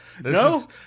No